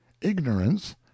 Ignorance